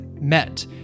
met